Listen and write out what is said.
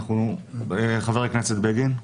חבר הכנסת בגין.